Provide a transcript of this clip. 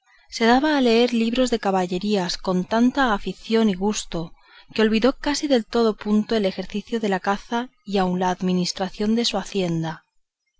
se daba a leer libros de caballerías con tanta afición y gusto que olvidó casi de todo punto el ejercicio de la caza y aun la administración de su hacienda